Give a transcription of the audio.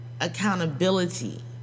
accountability